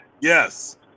Yes